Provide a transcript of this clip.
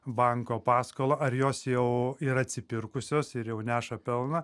banko paskolą ar jos jau yra atsipirkusios ir jau neša pelną